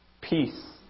peace